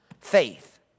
faith